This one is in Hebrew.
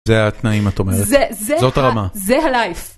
זה התנאים את אומרת, זאת הרמה. זה הלייף.